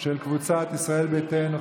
ישראל ביתנו,